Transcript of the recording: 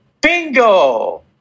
Bingo